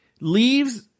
leaves